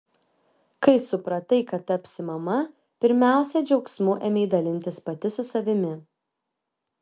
kai supratai kad tapsi mama pirmiausia džiaugsmu ėmei dalintis pati su savimi